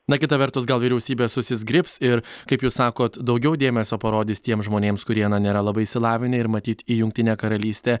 na kita vertus gal vyriausybė susizgribs ir kaip jūs sakot daugiau dėmesio parodys tiems žmonėms kurie na nėra labai išsilavinę ir matyt į jungtinę karalystę